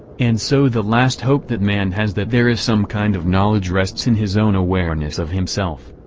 and so the last hope that man has that there is some kind of knowledge rests in his own awareness of himself.